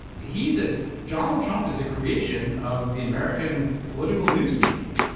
he's a donald trump is a creation of the american political news media.